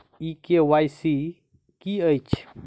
ई KYC की अछि?